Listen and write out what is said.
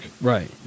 Right